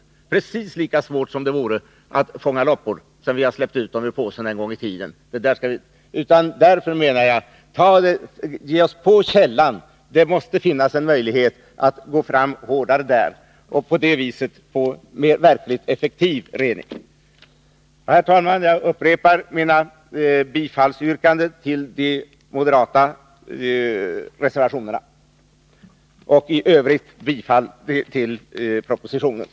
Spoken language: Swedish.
Det är precis lika svårt som det vore att fånga loppor sedan vi en gång har släppt ut dem ur påsen. Jag menar därför att vi skall ge oss på källan. Det måste finnas möjlighet att gå fram hårdare och på det sättet få en verkligt effektiv rening. Herr talman! Jag upprepar mitt yrkande om bifall till de moderata reservationerna och i övrigt om bifall till utskottets hemställan.